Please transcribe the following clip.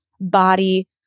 body